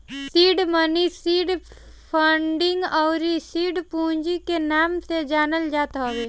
seed money seed funding अउरी seed पूंजी के नाम से जानल जात हवे